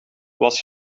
was